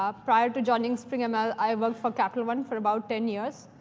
ah prior to joining springml, i worked for capital one for about ten years.